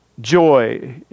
Joy